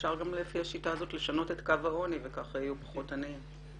לפי השיטה הזאת אפשר גם לשנות את קו העוני וגם יהיו פחות עניים.